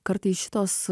kartais šitos